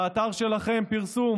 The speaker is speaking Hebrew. באתר שלכם, פרסום